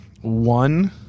one